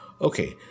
Okay